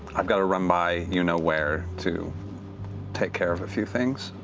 i've got to run by you know where to take care of a few things.